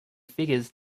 figures